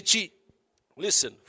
Listen